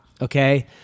Okay